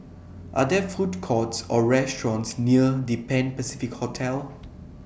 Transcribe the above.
Are There Food Courts Or restaurants near The Pan Pacific Hotel